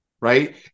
Right